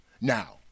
Now